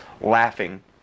laughing